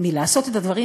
מלעשות את הדברים,